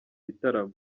bitaramo